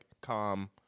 calm